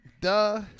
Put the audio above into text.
Duh